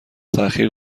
تاخیر